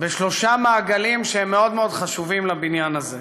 בשלושה מעגלים שהם מאוד מאוד חשובים לבניין הזה,